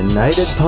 United